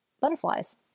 butterflies